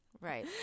right